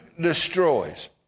destroys